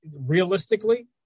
realistically